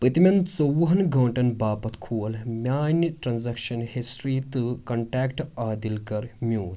پٔتمٮ۪ن ژۄہن گٲنٛٹن باپتھ کھول میانہِ ٹرانزیکشن ہسٹری تہٕ کنٹیکٹ عادِل کَر میوٗٹ